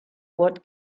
what